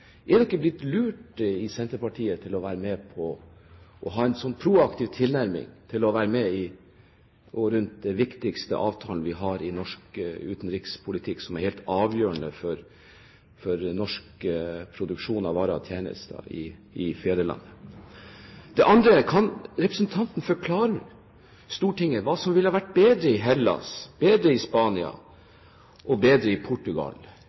til å være med og til å ha en så proaktiv tilnærming til den viktigste avtalen vi har i norsk utenrikspolitikk, som er helt avgjørende for produksjon av varer og tjenester i fedrelandet? Det andre: Kan representanten forklare Stortinget hva som ville vært bedre i Hellas, bedre i Spania og bedre i Portugal